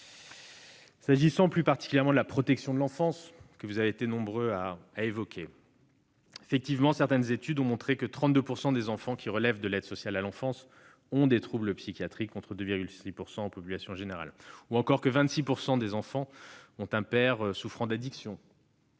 S'agissant plus particulièrement de la protection de l'enfance, que vous avez été nombreux à évoquer, certaines études ont montré que 32 % des enfants qui relèvent de l'aide sociale à l'enfance ont des troubles psychiatriques, contre 2,6 % dans la population en général, que 26 % de ces enfants ont un père qui souffre d'addiction